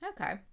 okay